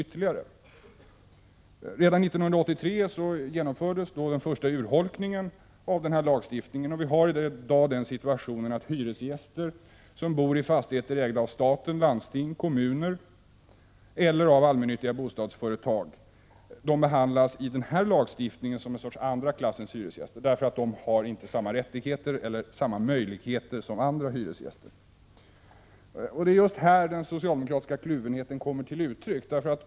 Så tidigt som 1983 genomfördes den första urholkningen av lagstiftningen. Vi har i dag den situationen att hyresgäster som bor i fastigheter ägda av staten, landsting eller kommuner eller av allmännyttiga bostadsföretag behandlas i denna lagstiftning som någon sorts andra klassens hyresgäster. De har inte samma rättigheter eller möjligheter som andra hyresgäster. Det är just här som den socialdemokratiska kluvenheten kommer till uttryck.